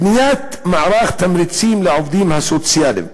בניית מערך תמריצים לעובדים הסוציאליים,